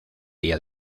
día